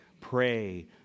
Pray